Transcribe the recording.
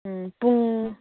ꯄꯨꯡ